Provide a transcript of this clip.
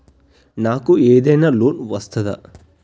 నాకు ఏదైనా లోన్ వస్తదా?